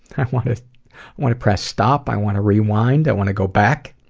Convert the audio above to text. kind of wanna wanna press stop, i wanna rewind, i wanna go back.